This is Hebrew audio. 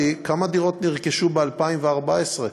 כמה דירות נרכשו ב-2014,